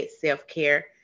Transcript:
self-care